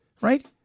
right